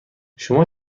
شما